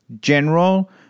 General